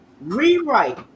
rewrite